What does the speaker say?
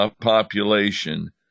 population